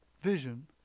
vision